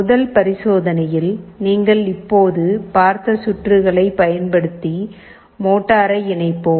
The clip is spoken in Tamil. முதல் பரிசோதனையில் நீங்கள் இப்போது பார்த்த சுற்றுகளைப் பயன்படுத்தி மோட்டாரை இணைப்போம்